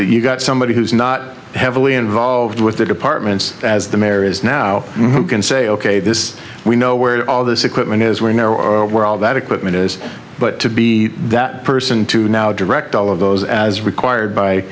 you've got somebody who's not heavily involved with their departments as the mayor is now who can say ok this we know where all this equipment is we're narrow where all that equipment is but to be that person to now direct all of those as required by